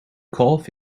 kalf